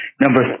Number